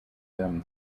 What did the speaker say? them